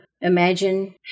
imagine